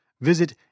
Visit